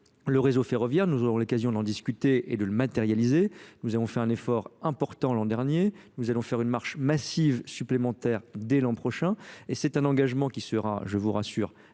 le réseau ferroviaire nous aurons l'occasion d'en discuter et de le matérialiser nous avons fait un effort important l'an dernier nous allons faire une marche massive supplémentaire dès l'an prochain et c'est un engagement qui sera je vous rassure